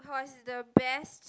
was the best